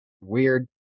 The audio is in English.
weird